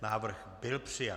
Návrh byl přijat.